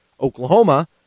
Oklahoma